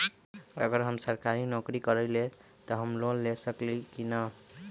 अगर हम सरकारी नौकरी करईले त हम लोन ले सकेली की न?